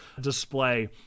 display